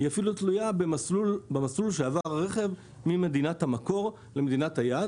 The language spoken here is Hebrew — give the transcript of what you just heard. היא אפילו תלויה במסלול שעבר הרכב ממדינת המקור למדינת היעד.